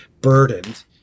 burdened